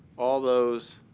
all those